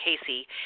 Casey